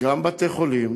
שגם בתי-חולים